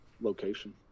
location